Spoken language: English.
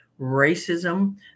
racism